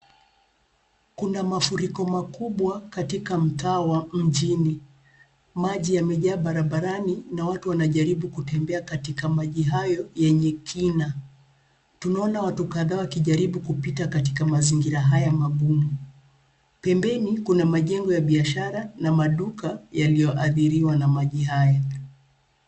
Kuna mafuriko makubwa katika mtaa wa mjini. Maji yamejaa barabarani na watu wanajaribu kutembea katika maji hayo yenye kina. Tunaona watu kadhaa wakijaribu kupita katika mazingira haya magumu. Pembeni kuna majengo ya biashara na maduka yaliyoadhiriwa na maji haya.